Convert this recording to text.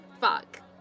Fuck